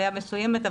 עלייה מסוימת,